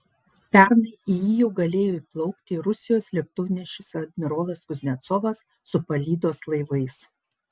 pernai į jį jau galėjo įplaukti rusijos lėktuvnešis admirolas kuznecovas su palydos laivais